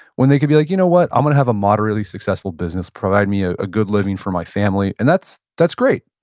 when they could be like, you know what? i'm going to have a moderately successful business, provide me ah a good living for my family. and that's that's great.